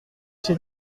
chez